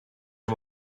are